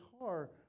car